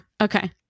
Okay